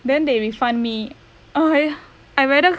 then they refund me uh I I rather